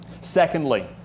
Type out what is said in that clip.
Secondly